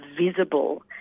visible